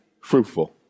fruitful